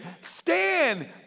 Stand